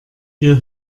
ihr